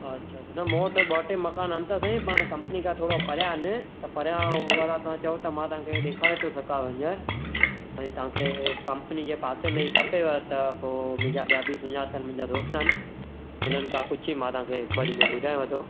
अछा छा न मूं वटि ॿ टे मकान आहिनि त सहीं पर कंपनी खां थोरो परियां आहिनि त परियां हू वारा तव्हां चओ त मां तव्हांखे ॾेखारे थो सघांव हींअर भई तव्हांखे कंपनी जे पासे में ई खपेव त पोइ मुंहिंजा ॿिया बि सुञातल मुंहिंजा दोस्त आहिनि हुननि खां पुछी मां तव्हांखे हिकु ॿ ॾींहं में ॿुधायांव थो